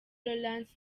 laurence